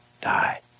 die